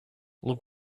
look